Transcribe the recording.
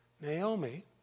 Naomi